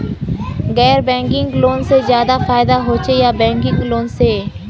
गैर banking loan से ज्यादा फायदा होचे या बैंकिंग लोन से?